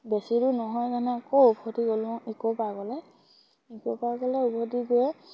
বেছি দূৰ নহয় মানে আকৌ উভতি গ'লো ইকো পাৰ্কলে ইকো পাৰ্কলে উভতি গৈ